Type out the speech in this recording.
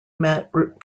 met